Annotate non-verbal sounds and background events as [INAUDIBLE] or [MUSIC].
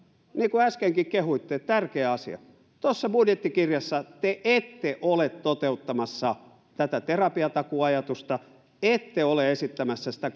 niin kuin äskenkin kehuitte että on tärkeä asia tuossa budjettikirjassa te ette ole toteuttamassa tätä terapiatakuuajatusta ette ole esittämässä sitä [UNINTELLIGIBLE]